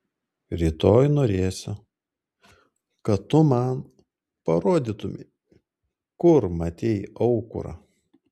rytoj norėsiu kad tu man parodytumei kur matei aukurą